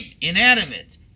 inanimate